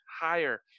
higher